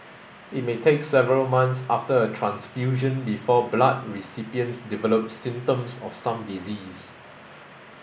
it may take several months after a transfusion before blood recipients develop symptoms of some diseases